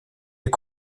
est